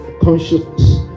consciousness